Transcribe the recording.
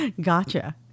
Gotcha